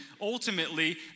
ultimately